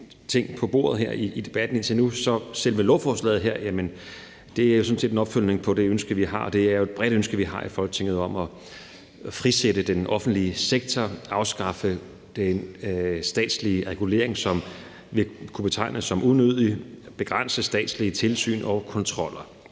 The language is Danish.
ting på bordet her i debatten indtil nu, er selve lovforslaget her sådan set en opfølgning på det ønske, vi har – og det er jo et bredt ønske, vi har i Folketinget – om at frisætte den offentlige sektor, afskaffe den statslige regulering, som vil kunne betegnes som unødig, og begrænse statslige tilsyn og kontroller.